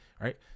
Right